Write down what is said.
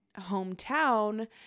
hometown